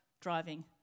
driving